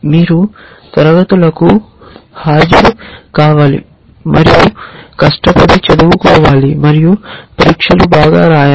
మీరు తరగతులకు హాజరు కావాలి మరియు కష్టపడి చదువుకోవాలి మరియు పరీక్షలు బాగా రాయాలి